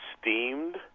steamed